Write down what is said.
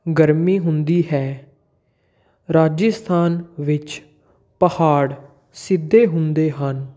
ਗਰਮੀ ਹੁੰਦੀ ਹੈ ਰਾਜਸਥਾਨ ਵਿੱਚ ਪਹਾੜ ਸਿੱਧੇ ਹੁੰਦੇ ਹਨ